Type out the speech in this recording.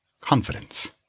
Confidence